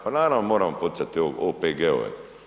Pa naravno, moramo poticati OPG-ove.